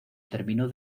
terminó